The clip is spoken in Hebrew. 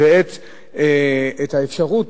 ואת האפשרות,